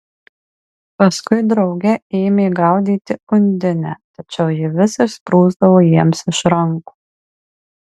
paskui drauge ėmė gaudyti undinę tačiau ji vis išsprūsdavo jiems iš rankų